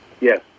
Yes